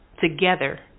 Together